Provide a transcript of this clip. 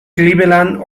cleveland